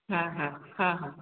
ହଁ ହଁ ହଁ ହଁ